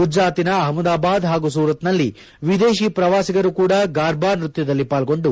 ಗುಜರಾತಿನ ಅಹಮದಾಬಾದ್ ಹಾಗೂ ಸೂರತ್ನಲ್ಲಿ ವಿದೇಶಿ ಪ್ರವಾಸಿಗರೂ ಕೂಡ ಗಾರ್ಭಾ ನೃತ್ಯದಲ್ಲಿ ಪಾಲ್ಗೊಂಡು